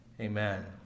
amen